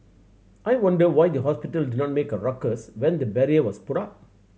I wonder why the hospital did not make a ruckus when the barrier was put up